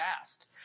fast